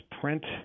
print